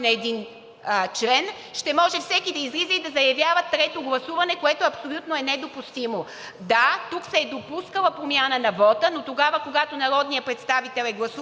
ще може всеки да излиза и да заявява трето гласуване, което абсолютно е недопустимо. Да, тук се е допускала промяна на вота, но тогава, когато народният представител е гласувал против,